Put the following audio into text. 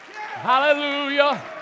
Hallelujah